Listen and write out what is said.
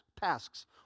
tasks